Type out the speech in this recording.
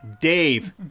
Dave